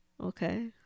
Okay